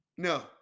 No